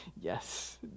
Yes